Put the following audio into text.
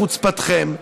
בחוצפתכם,